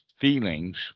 feelings